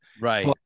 Right